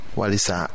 walisa